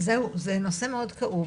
זהו, זה נושא מאוד כאוב.